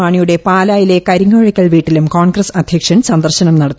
മാണിയുടെ പാലായിലെ കരിങ്ങോഴയ്ക്കൽ വീട്ടിലും കോൺഗ്രസ് അദ്ധ്യക്ഷൻ സന്ദർശനം നടത്തി